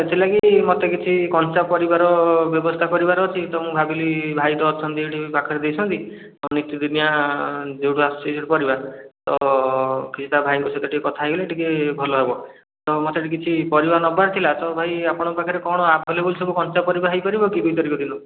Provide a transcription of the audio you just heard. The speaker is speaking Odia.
ସେଥିଲାଗି ମୋତେ କିଛି କଞ୍ଚା ପରିବାରର ବ୍ୟବସ୍ଥା କରିବାର ଅଛି ତ ମୁଁ ଭାବିଲି ଭାଇ ତ ଅଛନ୍ତି ଏଇଠି ପାଖରେ ଦେଇଛନ୍ତି ନିତିଦିନିଆ ଯେଉଁଠୁ ଆସୁଛି ପରିବା ତ ଭାଇଙ୍କ ସହିତ ଟିକେ କଥା ହେଇଗଲେ ଟିକେ ଭଲ ହେବ ତ ମୋତେ ବି କିଛି ପରିବା ନେବାର ଥିଲା ତ ଭାଇ ଆପଣଙ୍କ ପାଖରେ କ'ଣ ଆଭେଲେବୁଲ୍ ସବୁ କଞ୍ଚାପରିବା ହେଇପାରିବ କି ଦୁଇ ତାରିଖ ଦିନ